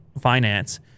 finance